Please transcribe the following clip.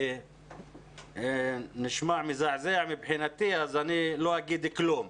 כי זה נשמע מזעזע מבחינתי אז אני לא אגיד כלום.